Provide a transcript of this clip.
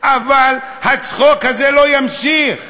אבל הצחוק הזה לא יימשך.